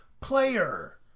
player